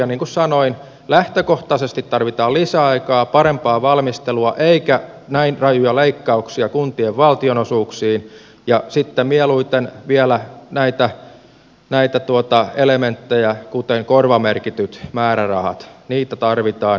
niin kuin sanoin lähtökohtaisesti tarvitaan lisäaikaa parempaa valmistelua eikä näin rajuja leikkauksia kuntien valtionosuuksiin ja sitten mieluiten vielä näitä elementtejä kuten korvamerkittyjä määrärahoja niitä tarvitaan